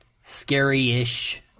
scary-ish